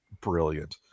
brilliant